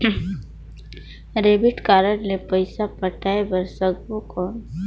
Debit card ले पइसा पटाय बार सकबो कौन?